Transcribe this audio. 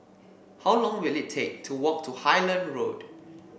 how long will it take to walk to Highland Road